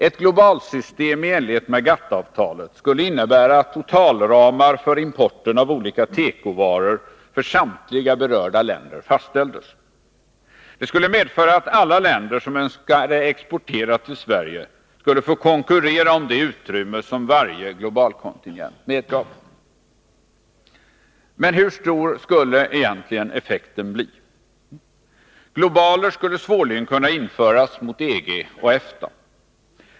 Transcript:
Ett globalsystem i enlighet med GATT-avtalet skulle innebära att totalramar för importen av olika tekovaror för samtliga berörda länder fastställdes. Det skulle medföra att alla länder som önskade exportera till Sverige skulle få konkurrera om det utrymme som varje globalkontingent medgav. Men hur stor skulle effekten bli? Globalkvotering skulle svårligen kunna införas mot EG och EFTA.